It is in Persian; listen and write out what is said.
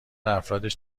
افرادش